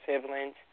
siblings